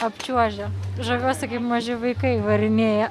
apčiuožia žaviuosi kaip maži vaikai varinėja